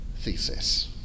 thesis